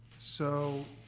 so,